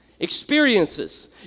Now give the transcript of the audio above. experiences